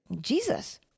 Jesus